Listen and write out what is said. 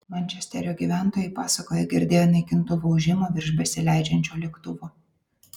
mančesterio gyventojai pasakoja girdėję naikintuvo ūžimą virš besileidžiančio lėktuvo